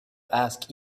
ask